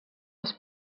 els